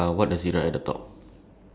okay ya so that's one more